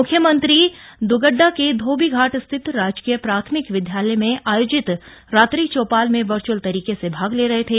मुख्यमंत्री द्गड्डा के धोबीघाट स्थित राजकीय प्राथमिक विद्यालय में आयोजित रात्रि चौपाल में वर्च्अल तरीके से भाग ले रहे थे